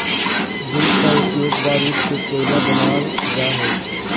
jute का उपयोग बारूद से कोयला बनाल जा हइ